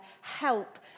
help